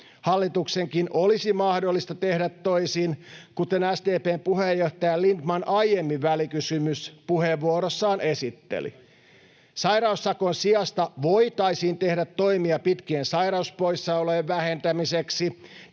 Hallituksenkin olisi mahdollista tehdä toisin, kuten SDP:n puheenjohtaja Lindtman aiemmin välikysymyspuheenvuorossaan esitteli. Sairaussakon sijasta voitaisiin tehdä toimia pitkien sairauspoissaolojen vähentämiseksi.